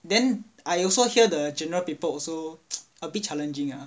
then I also hear the general paper also a bit challenging ah